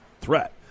threat